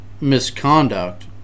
misconduct